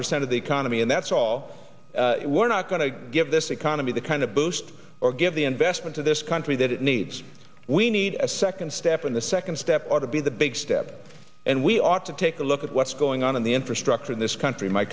percent of the economy and that's all we're not going to give this economy the kind of boost or give the investment to this country that it needs we need a second step in the second step ought to be the big step and we ought to take a look at what's going on in the infrastructure in this country my